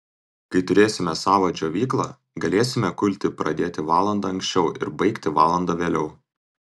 kai turėsime savą džiovyklą galėsime kulti pradėti valanda anksčiau ir baigti valanda vėliau